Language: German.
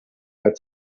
mehr